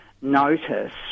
notice